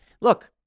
Look